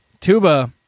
Tuba